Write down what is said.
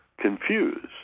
confused